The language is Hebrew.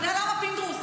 אתה יודע למה, פינדרוס?